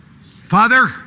Father